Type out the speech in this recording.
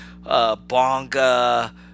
Bonga